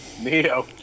Neo